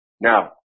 Now